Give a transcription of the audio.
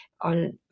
on